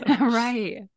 Right